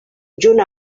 junt